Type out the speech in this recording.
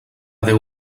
déu